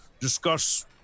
discuss